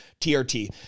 TRT